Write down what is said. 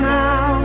now